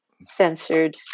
censored